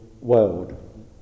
world